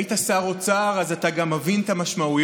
היית שר האוצר, אז אתה גם מבין את המשמעויות.